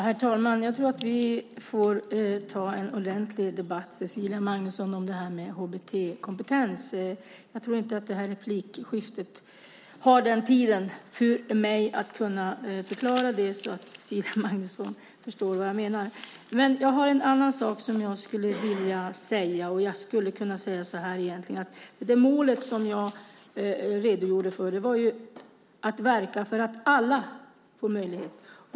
Herr talman! Jag tror att vi får ta en ordentlig debatt om det här med HBT-kompetens, Cecilia Magnusson. Men jag tror inte att det i det här replikskiftet finns tid för mig att förklara det så att Cecilia Magnusson förstår vad jag menar. Det finns en annan sak som jag skulle vilja ta upp. Egentligen skulle jag kunna säga så här: Det mål som jag redogjorde för handlade om att verka för att alla får en möjlighet.